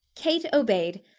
kate obeyed,